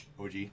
OG